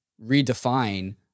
redefine